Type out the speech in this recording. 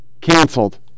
canceled